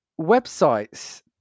Websites